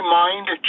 mind